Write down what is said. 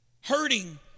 hurting